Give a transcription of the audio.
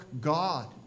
God